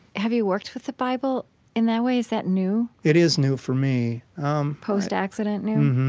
have you worked with the bible in that way? is that new? it is new for me um post-accident new?